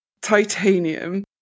titanium